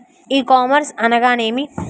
ఈ కామర్స్ అనగానేమి?